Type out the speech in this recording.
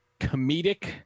comedic